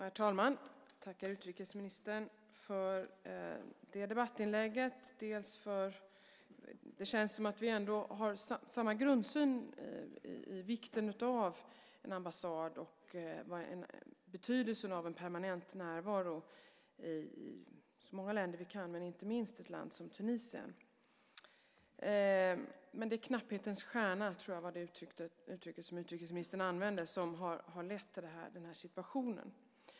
Herr talman! Jag tackar utrikesministern för detta debattinlägg. Det känns som om vi ändå har samma grundsyn när det gäller vikten av en ambassad och betydelsen av en permanent närvaro i så många länder som möjligt, men inte minst i ett land som Tunisien. Men det är knapphetens stjärna - jag tror att utrikesministern använde det uttrycket - som har lett till denna situation.